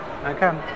Okay